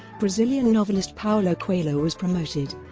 brazilian novelist paulo coelho was promoted,